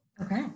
Okay